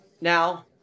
now